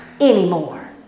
Anymore